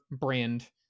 brand